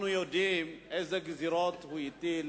אנחנו יודעים איזה גזירות הוא הטיל